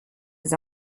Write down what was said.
his